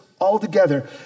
altogether